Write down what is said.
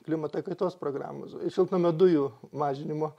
klimato kaitos programos šiltnamio dujų mažinimo